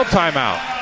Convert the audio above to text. timeout